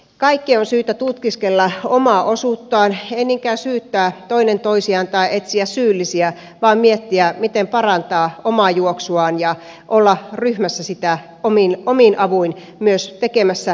kaikkien on syytä tutkiskella omaa osuuttaan ei niinkään syyttää toinen toisiaan tai etsiä syyllisiä vaan miettiä miten parantaa omaa juoksuaan ja olla ryhmässä sitä omin avuin myös viemässä eteenpäin